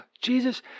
Jesus